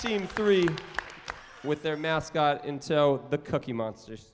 team three with their mascot in so the cookie monsters